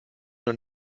doch